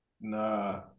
Nah